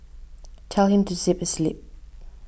tell him to zip his lip